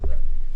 תודה.